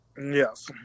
Yes